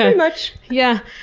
ah much! yeah,